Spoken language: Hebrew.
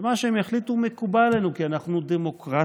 ומה שהם יחליטו מקובל עלינו, כי אנחנו דמוקרטים,